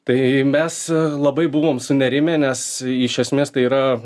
tai mes labai buvom sunerimę nes iš esmės tai yra